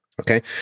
Okay